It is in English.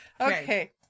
Okay